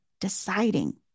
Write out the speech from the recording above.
deciding